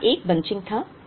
तो यहाँ एक बंचिंग था